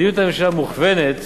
מדיניות הממשלה מוכוונת